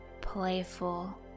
playful